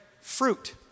fruit